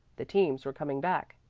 the teams were coming back.